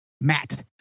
Matt